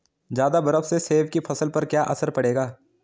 ज़्यादा बर्फ से सेब की फसल पर क्या असर पड़ेगा?